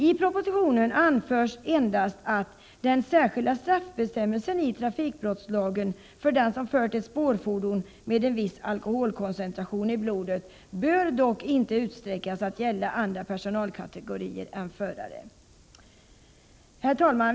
I propositionen anförs endast att ”den särskilda straffbestämmelsen i trafikbrottslagen för den som fört ett spårfordon med en viss alkoholkoncentration i blodet bör dock inte utsträckas att gälla andra personalkategorier än förare”. Herr talman!